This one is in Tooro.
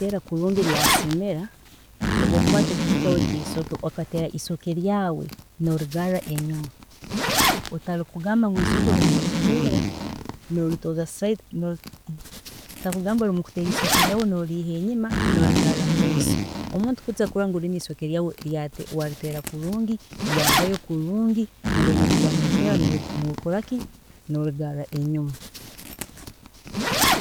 ﻿wariteera kulungi rya semera, obu okukwaata ekiti kyaawe kyeisoke okateera eisoke ryaawe norigarra enyima kutari kugamba ngu eisoke obu orikuriteera norigaarra side, kutari kugamba obu okutera eisoke ryaawe noriiha enyuma norigarra mumaiso, omuntu kwiija kurola ngu eisoke ryawe wariteera kulungi, ryarugayo kulungi, noba oyine kuriteera nokora ki, norigarra enyima